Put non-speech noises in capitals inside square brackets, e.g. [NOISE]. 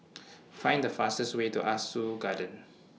[NOISE] Find The fastest Way to Ah Soo Garden